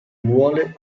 vuole